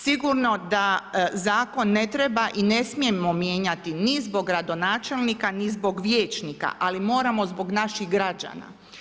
Sigurno da zakon ne treba i ne smijemo mijenjati ni zbog gradonačelnika, ni zbog vijećnika, ali moramo zbog naših građana.